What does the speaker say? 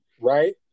right